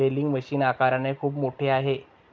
rolling machine आकाराने खूप मोठे आहे